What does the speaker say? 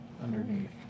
underneath